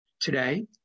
Today